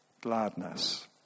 gladness